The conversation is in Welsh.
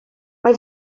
mae